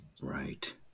Right